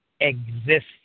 Exist